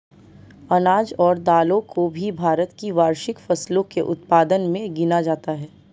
अनाज और दालों को भी भारत की वार्षिक फसलों के उत्पादन मे गिना जाता है